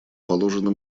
положены